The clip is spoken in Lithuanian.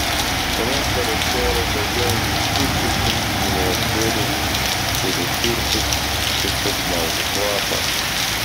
šiame sąraše yra daugiau nei du tūkstančiai milijardierių kurių turtai tiesiog gniaužia kvapą